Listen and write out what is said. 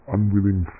Unwilling